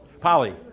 Polly